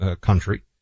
country